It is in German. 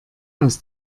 aus